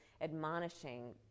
admonishing